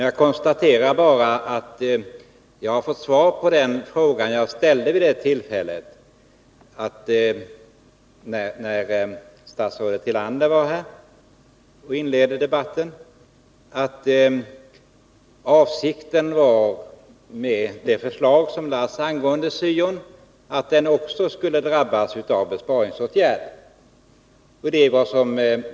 Jag konstaterar bara att jag nu har fått svar på den fråga som jag ställde vid det tillfället, när statsrådet Tillander inledde debatten, nämligen om avsikten med det förslag som lades fram var att också syon skulle drabbas av besparingsåtgärder.